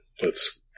lets